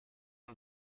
een